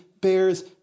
bears